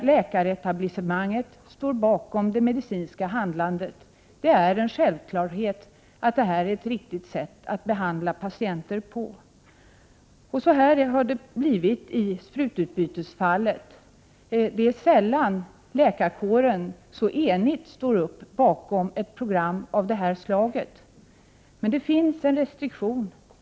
Läkaretablissemanget står emellertid bakom det medicinska handlandet. Det är en självklarhet att det är ett riktigt sätt att behandla patienter på. Så har även blivit fallet i frågan om sprututbytesprogram. Det är sällan läkarkåren så enig står upp bakom ett program av detta slag. Det finns emellertid en restriktion.